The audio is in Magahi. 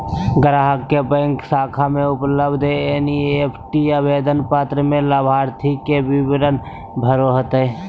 ग्राहक के बैंक शाखा में उपलब्ध एन.ई.एफ.टी आवेदन पत्र में लाभार्थी के विवरण भरे होतय